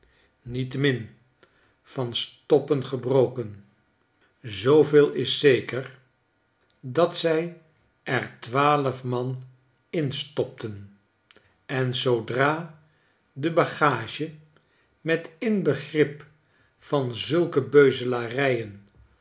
niettemin van stoppen gebroken zooveel is zeker dat zij er twaalf man in stopten en zoodra de bagage met inbegrip van